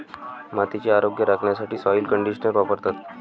मातीचे आरोग्य राखण्यासाठी सॉइल कंडिशनर वापरतात